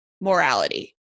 morality